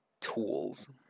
tools